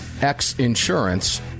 X-Insurance